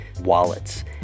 wallets